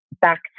back